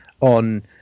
on